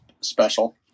special